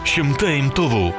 šimtai imtuvų